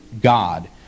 God